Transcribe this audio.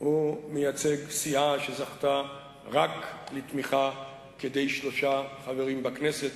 הוא מייצג סיעה שזכתה רק לתמיכה כדי שלושה חברים בכנסת,